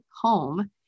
home